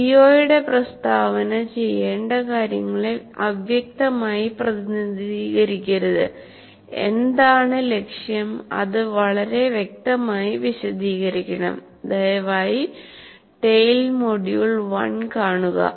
CO യുടെ പ്രസ്താവന ചെയ്യേണ്ട കാര്യങ്ങളെ അവ്യക്തമായി പ്രതിനിധീകരിക്കരുത് എന്താണ് ലക്ഷ്യം അത് വളരെ വ്യക്തമായി വിശദീകരിക്കണം ദയവായി TALE മൊഡ്യൂൾ 1 കാണുക